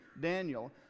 Daniel